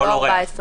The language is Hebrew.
לכל אורח,